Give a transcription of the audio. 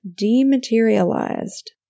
dematerialized